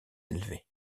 élevés